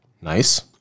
Nice